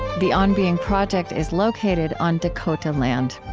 the on being project is located on dakota land.